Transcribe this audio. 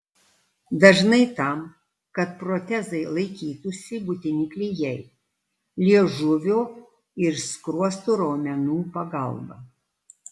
dažnai tam kad protezai laikytųsi būtini klijai liežuvio ir skruostų raumenų pagalba